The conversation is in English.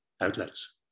outlets